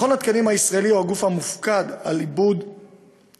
מכון התקנים הישראלי הוא הגוף המופקד על עיבוד וקביעה